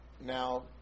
now